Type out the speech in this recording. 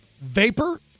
vapor